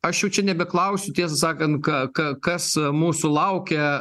aš jau čia nebeklausiu tiesą sakant ka ka kas mūsų laukia